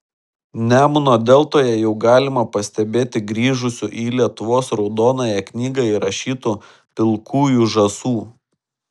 nemuno deltoje jau galima pastebėti grįžusių į lietuvos raudonąją knygą įrašytų pilkųjų žąsų